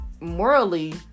morally